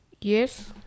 Yes